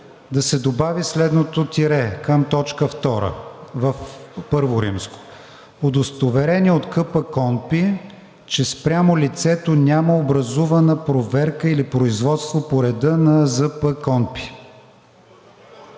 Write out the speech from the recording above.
да се добави следното тире към т. 2 в I.: „Удостоверение от КПКОНПИ, че спрямо лицето няма образувана проверка или производство по реда на ЗПКОНПИ“.